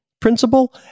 principle